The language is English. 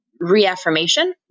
reaffirmation